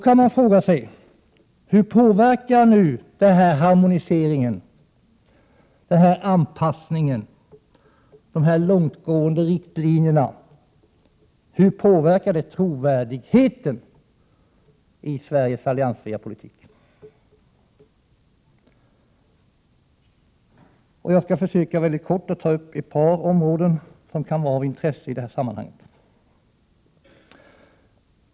Man kan fråga sig hur harmonisering, anpassning och de långtgående riktlinjerna påverkar trovärdigheten i Sveriges alliansfria politik. Jag skall försöka att mycket kort ta upp ett par områden som kan vara av intresse i sammanhanget.